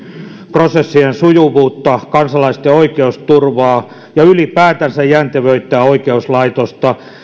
prosessien sujuvuutta kansalaisten oikeusturvaa ja ylipäätänsä jäntevöittää oikeuslaitosta